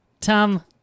Tom